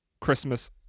Christmas